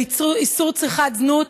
של איסור צריכת זנות,